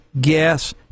gas